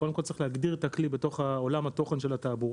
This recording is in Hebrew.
קודם כול צריך להגדיר את הכלי בתוך עולם התוכן של התעבורה,